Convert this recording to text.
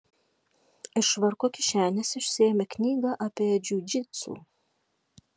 iš švarko kišenės išsiėmė knygą apie džiudžitsu